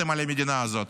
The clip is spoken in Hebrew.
שהבאתם על המדינה הזאת.